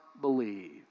believe